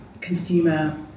consumer